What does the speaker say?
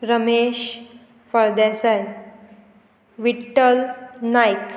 Ramesh Phaldesai Vittal Naik